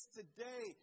today